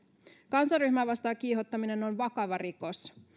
kansanryhmää vastaan kiihottaminen on vakava rikos